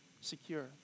secure